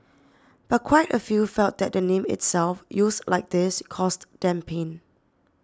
but quite a few felt that the name itself used like this caused them pain